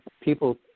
People